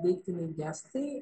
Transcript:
deiktiniai gestai